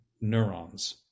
neurons